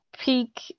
peak